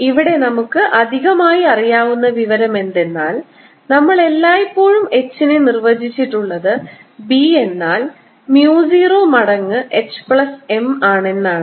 ഇവിടെ നമുക്ക് അധികമായി അറിയാവുന്ന വിവരം എന്തെന്നാൽ നമ്മൾ എല്ലായ്പ്പോഴും H നെ നിർവ്വചിച്ചിട്ടുള്ളത് B എന്നാൽ mu 0 മടങ്ങ് H പ്ലസ് M ആണെന്നാണ്